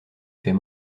fait